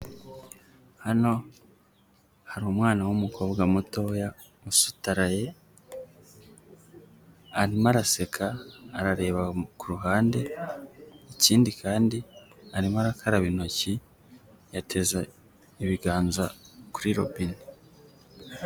Hano hari umwana w'umukobwa mutoya usutaraye, arimo araseka arareba ku ruhande ikindi kandi arimo arakaraba intoki yateza ibiganza kuri robine.